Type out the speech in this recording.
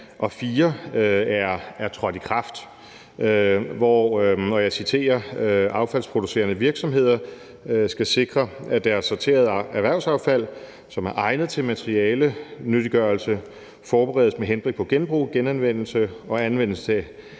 og 4, er trådt i kraft, hvor – og jeg citerer – affaldsproducerende virksomheder skal sikre, at deres sorterede erhvervsaffald, som er egnet til materialenyttiggørelse forberedes med henblik på genbrug, genanvendelse og anvendelse til